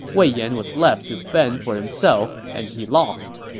wei yan was left to fend for himself, and he lost.